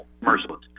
merciless